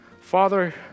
Father